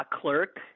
clerk